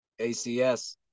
ACS